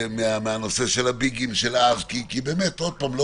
מהנושא של הביגים --- עוד פעם,